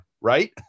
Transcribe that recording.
right